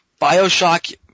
Bioshock